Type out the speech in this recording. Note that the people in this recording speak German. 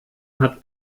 hat